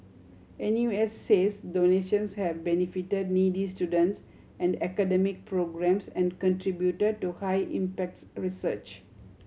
N U S says donations have benefited needy students and academic programmes and contribute to high impacts research